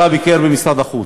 אבל היה חסר לו עוד משרד אחד,